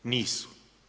Nisu.